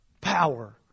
power